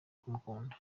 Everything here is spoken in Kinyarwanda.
kumukunda